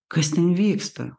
kas ten vyksta